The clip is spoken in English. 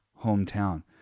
hometown